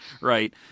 right